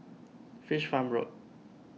Fish Farm Road